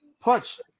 punch